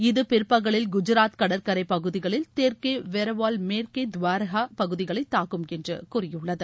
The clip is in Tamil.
இது பிற்பகவில் குஜாத் கடற்கரை பகுதிகளில் தெற்கே வெரவால் மேற்கே துவரகா பகுதிகளை தாக்கும் என்று கூறியுள்ளது